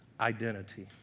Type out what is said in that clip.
identity